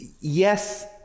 Yes